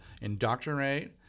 indoctrinate